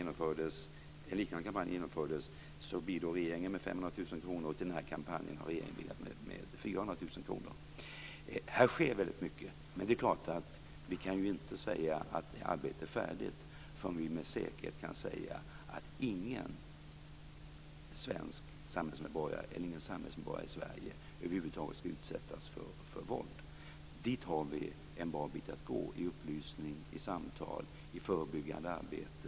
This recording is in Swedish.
Förra gången en liknande kampanj genomfördes bidrog regeringen med 500 000 kr. Och till den här kampanjen har regeringen bidragit med 400 000 kr. Det sker mycket, men det är klart att vi inte kan säga att arbetet är färdigt innan vi med säkerhet kan säga att ingen samhällsmedborgare i Sverige skall utsättas för våld. Om vi skall nå dit har vi en bra bit att gå. Det handlar om upplysning, om samtal och naturligtvis om förebyggande arbete.